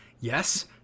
Yes